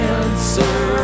answer